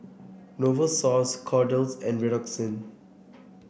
Novosource Kordel's and Redoxon